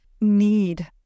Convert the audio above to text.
need